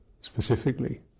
specifically